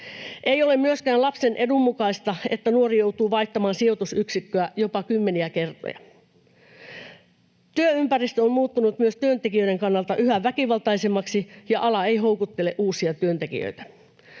Ei ole myöskään lapsen edun mukaista, että nuori joutuu vaihtamaan sijoitusyksikköä jopa kymmeniä kertoja. Työympäristö on muuttunut myös työntekijöiden kannalta yhä väkivaltaisemmaksi, ja ala ei houkuttele uusia työntekijöitä.